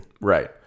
Right